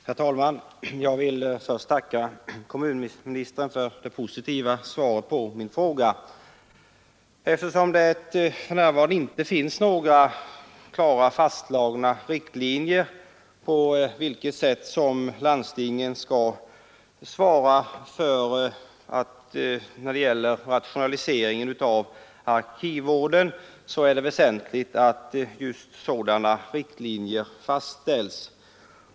Herr talman! Jag vill först tacka kommunministern för det positiva svaret på min fråga. Eftersom det för närvarande inte finns några klara, fastslagna riktlinjer för hur landstingen skall svara för rationaliseringen av arkivvården är det väsentligt att just sådana riktlinjer fastställs.